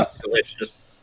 delicious